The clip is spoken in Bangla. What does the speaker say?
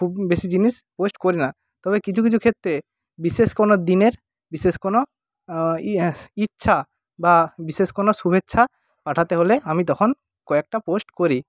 বেশি জিনিস পোস্ট করি না তবে কিছু কিছু ক্ষেত্রে বিশেষ কোনো দিনের বিশেষ কোনো ইচ্ছা বা বিশেষ কোনো শুভেচ্ছা পাঠাতে হলে আমি তখন কয়েকটা পোস্ট করি